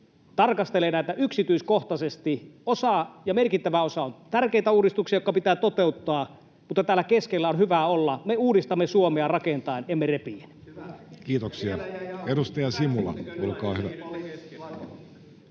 tarkastelee näitä yksityiskohtaisesti. Merkittävä osa on tärkeitä uudistuksia, jotka pitää toteuttaa, mutta täällä keskellä on hyvä olla — me uudistamme Suomea rakentaen, emme repien. [Ben Zyskowicz: Hyvä!